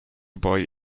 boy